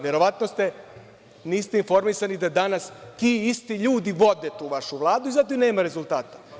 Verovatno niste informisani da danas ti isti ljudi vode tu vašu Vladu i zato nema rezultata.